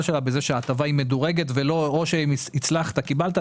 שלה בזה שההטבה היא מדורגת ואז או שהצלחת קיבלת,